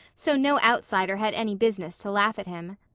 so no outsider had any business to laugh at him.